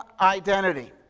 Identity